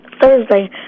Thursday